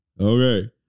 Okay